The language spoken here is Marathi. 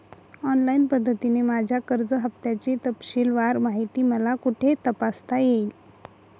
ऑनलाईन पद्धतीने माझ्या कर्ज हफ्त्याची तपशीलवार माहिती मला कुठे तपासता येईल?